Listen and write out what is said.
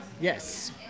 Yes